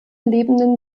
lebenden